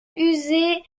user